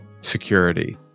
security